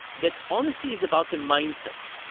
that honesty is about the mindset.